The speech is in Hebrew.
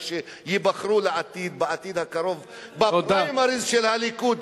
רק שייבחרו בעתיד הקרוב בפריימריז של הליכוד.